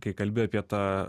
kai kalbi apie tą